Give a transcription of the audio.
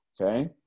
okay